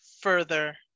further